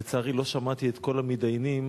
לצערי, לא שמעתי את כל המתדיינים,